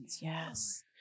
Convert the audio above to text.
Yes